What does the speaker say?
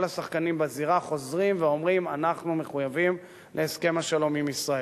השחקנים בזירה חוזרים ואומרים: אנחנו מחויבים להסכם השלום עם ישראל.